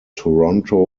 toronto